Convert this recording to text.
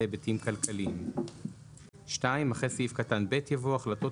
להיבטים כלכליים."; (2) אחרי סעיף קטן (ב) יבוא: "(ג) החלטות